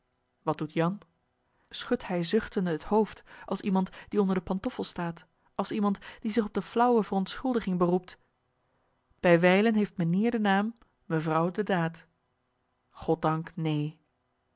wat doet jan schudt hij zuchtende het hoofd als iemand die onder de pantoffel staat als iemand die zich op de flaauwe verontschuldiging beroept bij wijlen heeft mijnheer den naem mevrouw de daet goddank neen